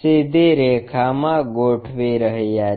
સીધી રેખામાં ગોઠવી રહ્યા છીએ